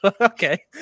Okay